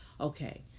okay